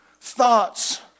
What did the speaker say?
thoughts